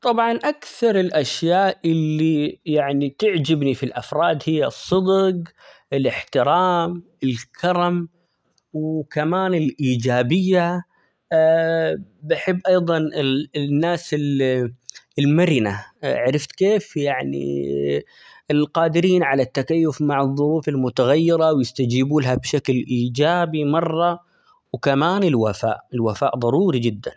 طبعًا أكثر الأشياء اللي يعني تعجبني في الأفراد هي الصدق، الإحترام ،الكرم وكمان الإيجابية بحب أيضًا -ال- الناس ال المرنة عرفت كيف يعني القادرين على التكيف مع الظروف المتغيرة ،ويستجيبوا لها بشكل إيجابي مرة ، وكمان الوفاء، الوفاء ضروري جدا.